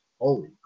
Holy